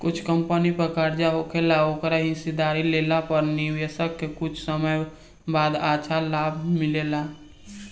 कुछ कंपनी पर कर्जा होखेला ओकर हिस्सेदारी लेला पर निवेशक के कुछ समय बाद अच्छा लाभ मिलेला